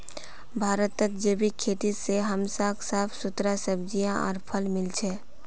भारतत जैविक खेती से हमसाक साफ सुथरा सब्जियां आर फल मिल छ